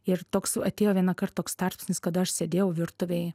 ir toks atėjo vienąkart toks tarpsnis kada aš sėdėjau virtuvėj